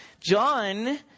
John